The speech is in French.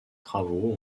travaux